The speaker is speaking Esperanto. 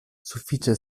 sufiĉe